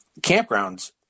campgrounds